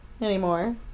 anymore